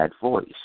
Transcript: voice